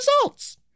results